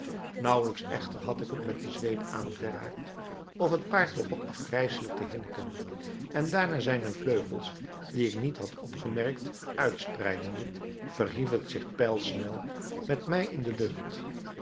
naauwelijks echter had ik het met de zweep aangeraakt of het paard begon afgrijselijk te hinneken en daarna zijne vleugels die ik niet had opgemerkt uitspreidende verhief het zich pijlsnel met mij in de lucht